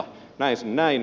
näen sen näin